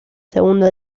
segunda